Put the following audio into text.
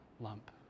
lump